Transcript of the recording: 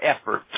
effort